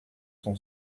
son